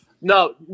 No